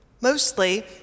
Mostly